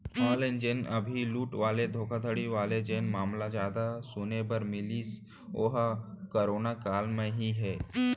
online जेन अभी लूट वाले धोखाघड़ी वाले जेन मामला जादा सुने बर मिलिस ओहा करोना काल म ही हे